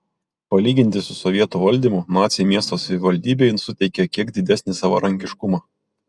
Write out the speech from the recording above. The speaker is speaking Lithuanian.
palyginti su sovietų valdymu naciai miesto savivaldybei suteikė kiek didesnį savarankiškumą